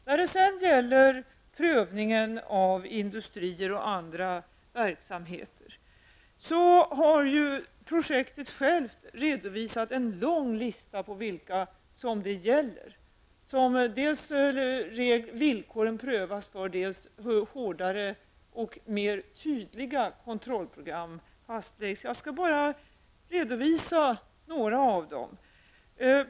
När det sedan gäller prövningen av industrier och andra verksamheter har ju projektet självt redovisat en lång lista på vilka det gäller, dvs. för vilka villkoren prövas och för vilka hårdare och tydligare kontrollprogram fastläggs.